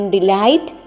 Delight